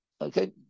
okay